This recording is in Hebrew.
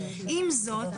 עם זאת,